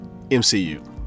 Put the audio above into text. MCU